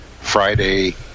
Friday